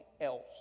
else